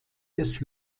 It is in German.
des